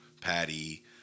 patty